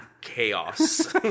chaos